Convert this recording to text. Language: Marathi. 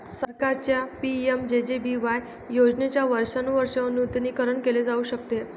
सरकारच्या पि.एम.जे.जे.बी.वाय योजनेचे वर्षानुवर्षे नूतनीकरण केले जाऊ शकते